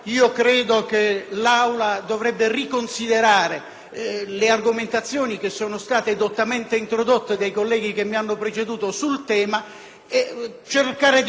le argomentazioni dottamente introdotte dai colleghi che mi hanno preceduto sul tema e cercare di non vulnerare il sistema esprimendo